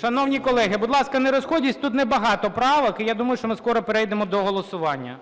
Шановні колеги, будь ласка, не розходьтесь тут небагато правок, я думаю, що ми скоро перейдемо до голосування.